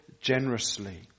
generously